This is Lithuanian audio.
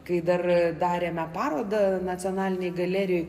kai dar darėme parodą nacionalinėj galerijoj